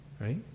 right